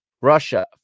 Russia